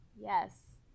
Yes